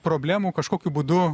problemų kažkokiu būdu